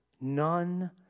None